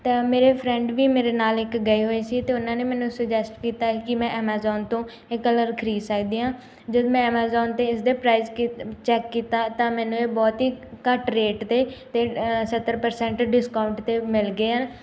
ਤਾਂ ਮੇਰੇ ਫਰੈਂਡ ਵੀ ਮੇਰੇ ਨਾਲ ਇੱਕ ਗਏ ਹੋਏ ਸੀ ਅਤੇ ਉਹਨਾਂ ਨੇ ਮੈਨੂੰ ਸੁਜੈਸਟ ਕੀਤਾ ਹੈ ਕਿ ਮੈਂ ਐਮਾਜ਼ਾਨ ਤੋਂ ਇਹ ਕਲਰ ਖ਼ਰੀਦ ਸਕਦੀ ਹਾਂ ਜਦੋਂ ਮੈਂ ਐਮਾਜ਼ੋਨ 'ਤੇ ਇਸ ਦੇ ਪ੍ਰਾਈਜ ਕੀਤ ਚੈੱਕ ਕੀਤਾ ਤਾਂ ਮੈਨੂੰ ਇਹ ਬਹੁਤ ਹੀ ਘੱਟ ਰੇਟ 'ਤੇ ਅਤੇ ਸੱਤਰ ਪ੍ਰਸੈਂਟ ਡਿਸਕਾਊਂਟ 'ਤੇ ਮਿਲ ਗਏ ਹਨ